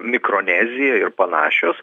mikronezija ir panašios